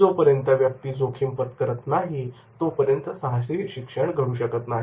जोपर्यंत व्यक्ती जोखीम पत्करत नाही तोपर्यंत साहसी शिक्षण घडू शकत नाही